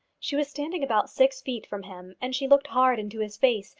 she was standing about six feet from him, and she looked hard into his face,